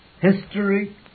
History